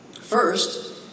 First